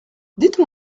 dites